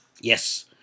Yes